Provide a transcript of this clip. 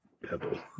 Pebble